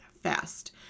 fast